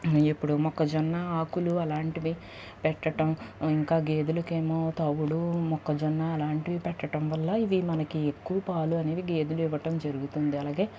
ఇప్పుడు మొక్కజొన్న ఆకులు అలాంటివి పెట్టడం ఇంకా గేదులుకి ఏమో తవుడు మొక్కజొన్న అలాంటివి పెట్టడం వల్ల ఇవి మనకి ఎక్కువ పాలు అనేవి గేదులు ఇవ్వటం జరుగుతుంది అలాగే